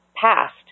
past